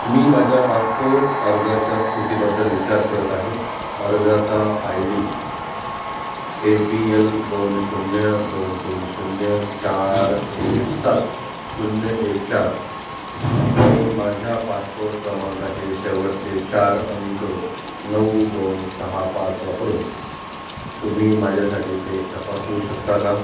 मी माझ्या पासपोर्ट अर्जाच्या स्थितीबद्दल विचार करत आहे अर्जाचा I D A P L दोन शून्य दोन तीन शून्य चार एक सात शून्य एक चार मी माझ्या पासपोर्ट क्रमांकाचे शेवटचे चार अंक नऊ दोन सहा पाच वापरून तुम्ही माझ्यासाठी ते तपासू शकता का